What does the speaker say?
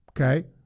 okay